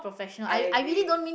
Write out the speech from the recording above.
I agree